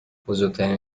بزرگترین